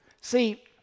See